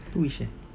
wish eh